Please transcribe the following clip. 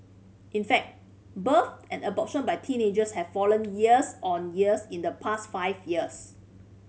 in fact births and abortion by teenagers have fallen years on years in the past five years